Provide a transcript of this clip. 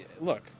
Look